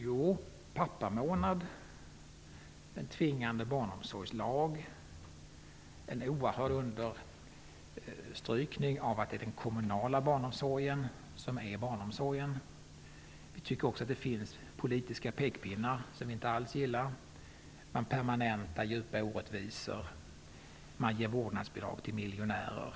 Jo, pappamånad, en tvingande barnomsorgslag och ett oerhört starkt understrykande av den kommunala barnomsorgen. Det finns i detta dessutom politiska pekpinnar som vi inte alls gillar. Man permanentar djupa orättvisor och ger vårdnadsbidrag till miljonärer.